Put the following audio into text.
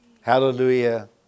hallelujah